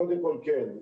קודם כל, כן.